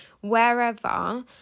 wherever